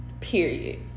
period